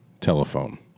telephone